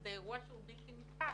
וזה אירוע בלתי נתפס.